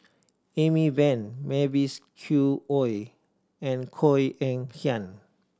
Amy Van Mavis Khoo Oei and Koh Eng Kian